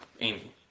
Amy